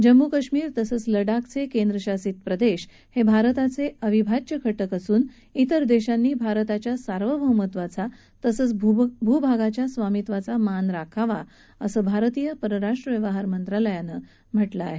जम्मू कश्मीर तसंच लडाखचे केंद्रशासित प्रदेश हे भारताचे अविभाज्य घटक असून इतर देशांनी भारताच्या सार्वभौमत्वाचा तसंच भूभागाच्या स्वामित्वाचा मान राखावा असं भारतीय परराष्ट्र व्यवहार मंत्रालयानं म्हटलं आहे